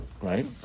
right